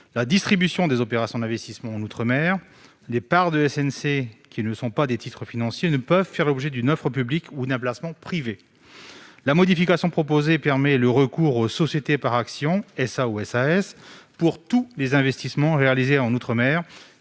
la distribution des opérations d'investissement outre-mer, les parts de SNC qui ne sont pas des titres financiers ne peuvent pas faire l'objet d'une offre au public ou d'un placement privé. La modification proposée, qui permet le recours aux sociétés par actions- SA ou SAS -pour tous les investissements réalisés outre-mer,